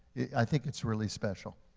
i think it's really special.